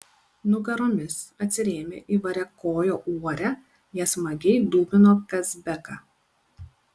nugaromis atsirėmę į variakojo uorę jie smagiai dūmino kazbeką